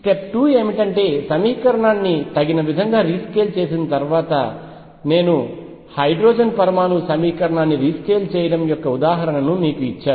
step 2 ఏమిటంటే సమీకరణాన్ని తగిన విధంగా రీస్కేల్ చేసిన తర్వాత నేను హైడ్రోజన్ పరమాణువు సమీకరణాన్ని రీస్కేల్ చేయడం యొక్క ఉదాహరణను మీకు ఇచ్చాను